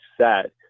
set